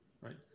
right